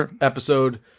episode